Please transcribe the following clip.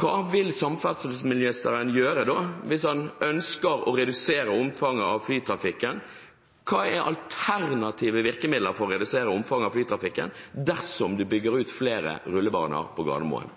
Hva vil samferdselsministeren gjøre hvis han ønsker å redusere omfanget av flytrafikken? Hva er alternative virkemidler for å redusere omfanget av flytrafikken, dersom man bygger ut flere rullebaner på Gardermoen?